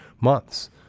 months